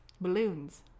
balloons